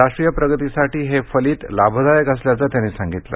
राष्ट्रीय प्रगतीसाठी हे फलित लाभदायक असल्याचं त्यांनी सांगितलं